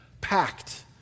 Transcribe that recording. packed